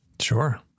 Sure